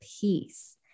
peace